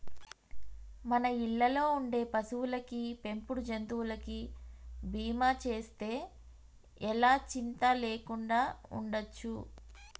మన ఇళ్ళల్లో ఉండే పశువులకి, పెంపుడు జంతువులకి బీమా చేస్తే ఎలా చింతా లేకుండా ఉండచ్చు